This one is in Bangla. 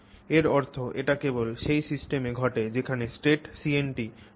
এর অর্থ এটি কেবল সেই সিস্টেমে ঘটে যেখানে straights CNT রয়েছে